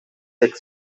thick